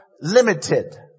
limited